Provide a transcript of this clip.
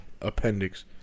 appendix